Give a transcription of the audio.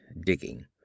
digging